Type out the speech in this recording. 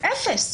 אפס.